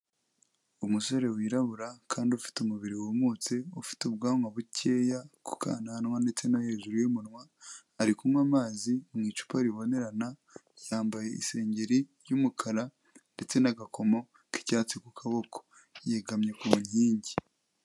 Umusore wirabura kandi ufite umubiri wumutse, ufite ubwanwa bukeya ku kananwa ndetse no hejuru y'umunwa, ari kunywa amazi mu icupa ribonerana, yambaye isengeri y'umukara ndetse n'agakomo k'icyatsi ku kaboko. Yegamye ku nkingi.